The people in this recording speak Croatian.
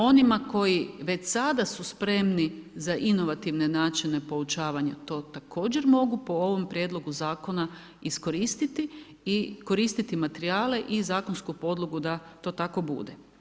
Onima koji već sada su spremni za inovativne načine poučavanja, to također mogu po ovom prijedlogu zakona iskoristiti i koristiti materijale i zakonsku podlogu da to tako bude.